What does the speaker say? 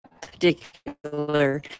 particular